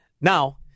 Now